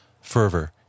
fervor